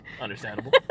Understandable